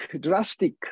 drastic